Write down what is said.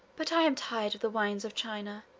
but i am tired of the wines of china,